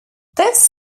this